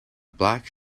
black